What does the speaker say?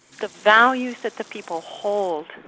the values that the people hold,